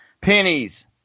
Pennies